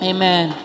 Amen